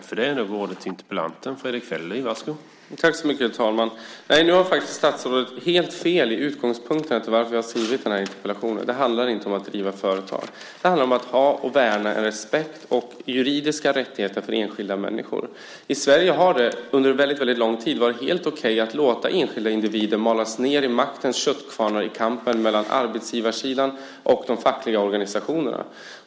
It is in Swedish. Herr talman! Nu har statsrådet helt fel i utgångspunkten till varför jag har skrivit interpellationen. Det handlar inte om att driva företag. Det handlar om att ha och värna en respekt för och ge juridiska rättigheter till enskilda människor. I Sverige har det under lång tid varit helt okej att låta enskilda individer malas ned i maktens köttkvarnar i kampen mellan arbetsgivarsidan och de fackliga organisationerna.